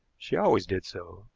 she always did so.